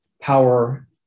power